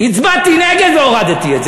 הצבעתי נגד והורדתי את זה.